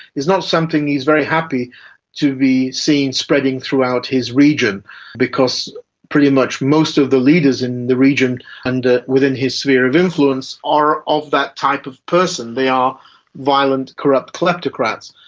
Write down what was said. is not something he is very happy to be seen spreading throughout his region because pretty much most of the leaders in the region and within his sphere of influence are of that type of person they are violent, corrupt kleptocrats.